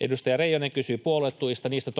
Edustaja Reijonen kysyi puoluetuista: Niistä